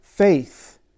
Faith